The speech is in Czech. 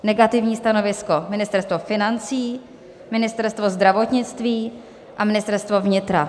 Negativní stanovisko: Ministerstvo financí, Ministerstvo zdravotnictví a Ministerstvo vnitra.